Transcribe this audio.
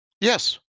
Yes